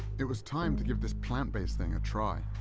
it was time to give this plant-based thing a try.